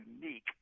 unique